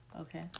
Okay